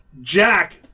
Jack